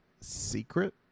secret